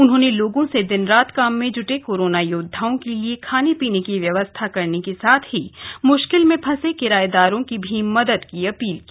उन्होंने लोगों से दिन रात काम में जुटे कोरोना योद्वाओं के लिए खाने पीने की व्यवस्था करने के साथ ही मुश्किल में फंसे किरायेदारों की मदद की भी अपील की